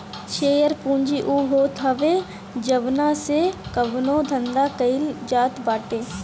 share पूंजी उ होत हवे जवना से कवनो धंधा कईल जात बाटे